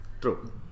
True